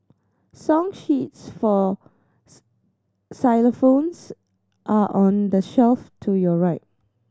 song sheets for xylophones are on the shelf to your right